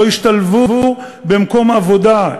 לא השתלבו במקום עבודה,